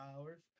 hours